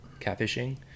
catfishing